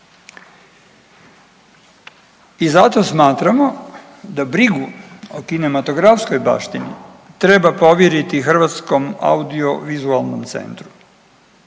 I zato smatramo da brigu o kinematografskoj baštini treba povjeriti Hrvatskom audiovizualnom centru